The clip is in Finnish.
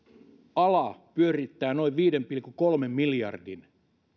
ala pyörittää noin viiden pilkku kolmen miljardin